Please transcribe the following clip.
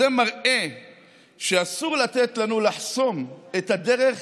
זה מראה שאסור לתת לנו לחסום את הדרך